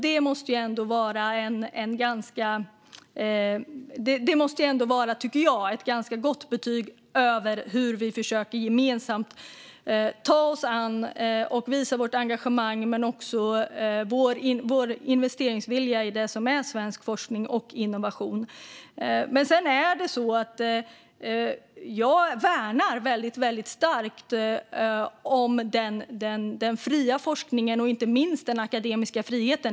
Det måste ändå vara ett gott betyg över hur vi gemensamt försöker ta oss an och visa vårt engagemang och vår investeringsvilja i svensk forskning och innovation. Jag värnar starkt om den fria forskningen och inte minst den akademiska friheten.